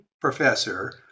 professor